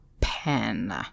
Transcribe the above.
pen